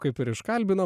kaip ir iškalbinom